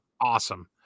awesome